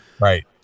Right